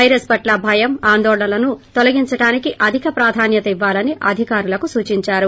virus పట్ల భయం ఆందోళనలను తొలగించడానికి అధిక ప్రాధాన్యత ఇవ్వాలని అధికారులకు సూచిందారు